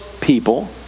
people